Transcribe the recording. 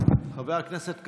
חבר הכנסת כסיף,